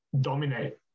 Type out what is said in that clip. dominate